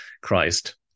Christ